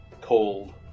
Cold